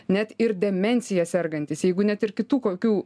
net ir demencija sergantys jeigu net ir kitų kokių